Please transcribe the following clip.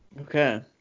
Okay